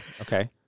Okay